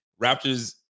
Raptors